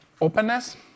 openness